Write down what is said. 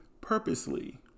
purposely